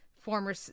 former